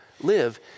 live